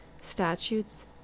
statutes